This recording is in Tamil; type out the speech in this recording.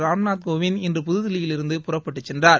ராம்நாத் கோவிந்த் இன்று புதில்லியிலிருந்து புறப்பட்டுச் சென்றார்